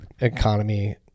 economy